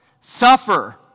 suffer